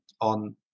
on